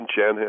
Chanhassen